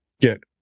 get